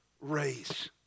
race